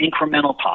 incremental